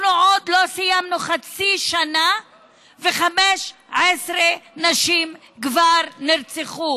אנחנו עוד לא סיימנו חצי שנה ו-15 נשים כבר נרצחו.